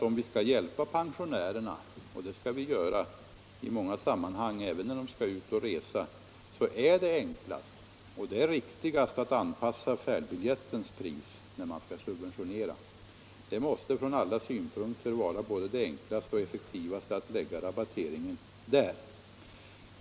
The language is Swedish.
Om vi skall hjälpa pensionärerna — och det skall vi göra i många sammanhang, även när de skall ut och resa — så är det enklast och riktigast att anpassa färdbiljettens pris när vi skall subventionera. Det måste från alla synpunkter vara det enklaste och effektivaste att lägga rabatteringen där.